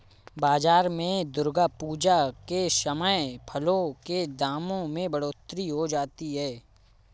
बाजार में दुर्गा पूजा के समय फलों के दामों में बढ़ोतरी हो जाती है